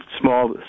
small